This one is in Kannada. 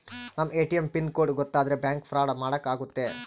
ನಮ್ ಎ.ಟಿ.ಎಂ ಪಿನ್ ಕೋಡ್ ಗೊತ್ತಾದ್ರೆ ಬ್ಯಾಂಕ್ ಫ್ರಾಡ್ ಮಾಡಾಕ ಆಗುತ್ತೆ